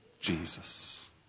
Jesus